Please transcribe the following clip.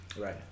Right